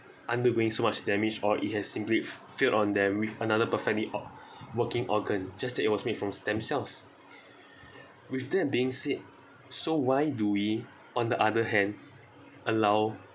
undergoing so much damage or it has simply failed on them with another perfectly or~ working organ just that it was made from stem cells with that being said so why do we on the other hand allow